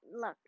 look